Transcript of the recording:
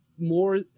more